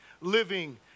living